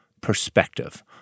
perspective